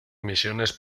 misiones